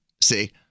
See